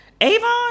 Avon